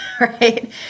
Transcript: right